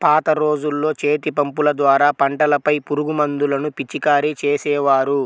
పాత రోజుల్లో చేతిపంపుల ద్వారా పంటలపై పురుగుమందులను పిచికారీ చేసేవారు